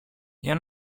για